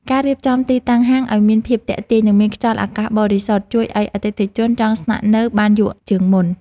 ការរៀបចំទីតាំងហាងឱ្យមានភាពទាក់ទាញ និងមានខ្យល់អាកាសបរិសុទ្ធជួយឱ្យអតិថិជនចង់ស្នាក់នៅបានយូរជាងមុន។